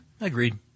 agreed